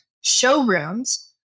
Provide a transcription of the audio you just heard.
showrooms